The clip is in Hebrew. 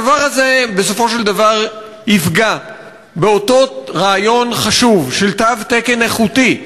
הדבר הזה בסופו של דבר יפגע באותו רעיון חשוב של תו תקן איכותי,